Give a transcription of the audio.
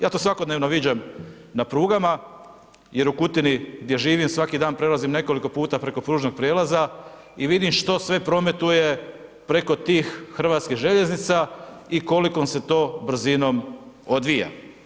Ja to svakodnevno viđam na prugama jer u Kutini gdje živim, svaki dan prelazim nekoliko puta preko pružnog prijelaza i vidim što sve prometuje preko tih hrvatskih željeznica i kolikom se to brzinom odvija.